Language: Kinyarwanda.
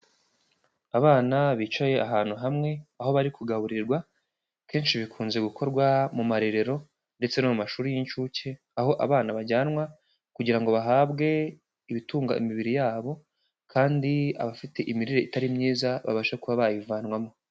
Abana bicaye ahantu hamwe aho bari kugaburirwa, kenshi bikunze gukorwa mu marerero ndetse no mu mashuri y'incuke, aho abana bajyanwa kugira ngo bahabwe ibitunga imibiri yabo, kandi abafite imirire itari myiza babashe kuba bayivanwamo.